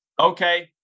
okay